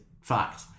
fact